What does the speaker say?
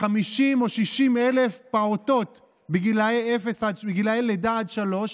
50,000 או 60,000 פעוטות בגילי לידה עד שלוש,